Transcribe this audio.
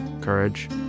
courage